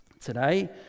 today